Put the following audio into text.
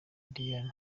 diane